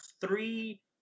three